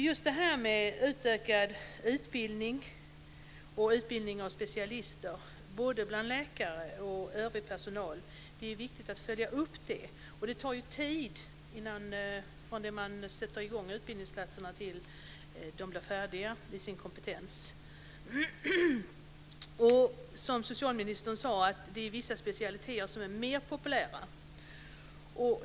Just det här med utökad utbildning och utbildning av specialister, både bland läkare och övrig personal, är det viktigt att följa upp. Det tar tid från det att man sätter i gång utbildningarna till det att läkare och andra blir färdiga med sin kompetens. Som socialministern sade är vissa specialiteter mer populära.